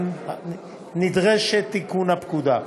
נדרש תיקון הפקודה.